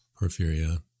porphyria